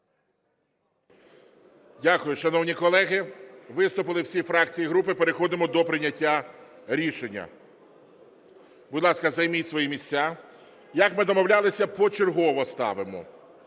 Дякую. Шановні колеги, виступили всі фракції і групи, переходимо до прийняття рішення. Будь ласка, займіть свої місця. Як ми домовлялися, почергово ставимо.